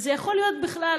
וזה יכול להיות בכלל.